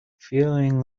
feeling